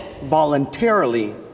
voluntarily